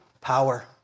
Power